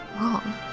wrong